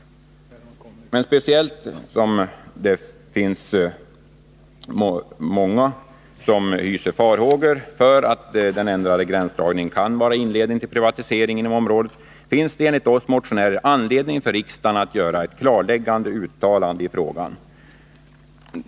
Speciellt som det finns många som hyser farhågor för att den ändrade gränsdragningen kan vara inledning till en privatisering inom området finns det enligt motionärernas uppfattning anledning för riksdagen att göra ett klarläggande uttalande i frågan.